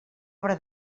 obra